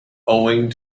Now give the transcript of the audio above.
owing